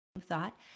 thought